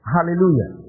Hallelujah